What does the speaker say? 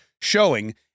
showing